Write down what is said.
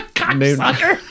cocksucker